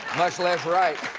much less write.